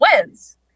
wins